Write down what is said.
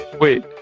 Wait